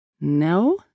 No